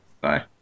bye